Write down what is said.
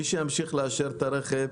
מי שימשיך לאשר את הרכב,